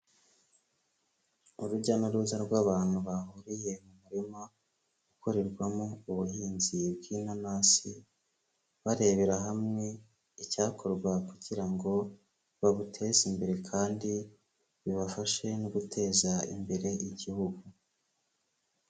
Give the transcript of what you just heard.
Urujya n'uruza rw'abantu bahuriye mu murima ukorerwamo ubuhinzi bw'inanasi, barebera hamwe icyakorwa kugira ngo babuteze imbere kandi bibafashe no guteza imbere igihugu.